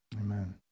amen